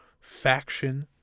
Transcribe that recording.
faction